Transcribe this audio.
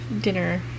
dinner